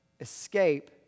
escape